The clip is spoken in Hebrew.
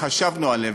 וחשבנו עליהם,